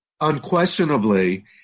unquestionably